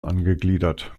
angegliedert